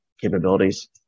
capabilities